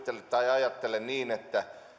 ajattelen niin että